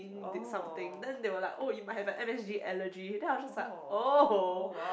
did something then they were like oh you might have a M_S_G allergy then I was just like [oho]